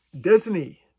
Disney